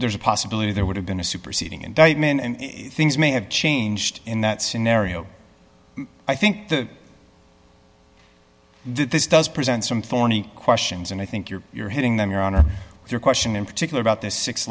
there's a possibility there would have been a superseding indictment and things may have changed in that scenario i think the this does present some thorny questions and i think you're hitting them your honor your question in particular about this six